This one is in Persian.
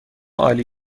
عالی